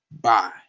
Bye